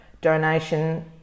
donation